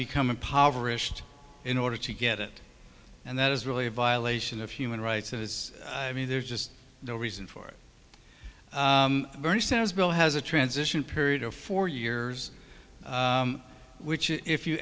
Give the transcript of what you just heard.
become impoverished in order to get it and that is really a violation of human rights as i mean there's just no reason for it bernie sanders bill has a transition period of four years which if you